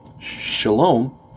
Shalom